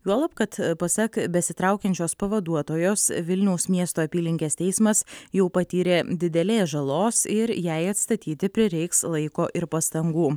juolab kad pasak besitraukiančios pavaduotojos vilniaus miesto apylinkės teismas jau patyrė didelės žalos ir jai atstatyti prireiks laiko ir pastangų